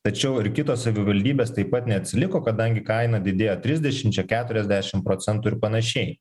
tačiau ir kitos savivaldybės taip pat neatsiliko kadangi kaina didėjo trišdešimčia keturiasdešimt procentų ir panašiai